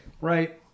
right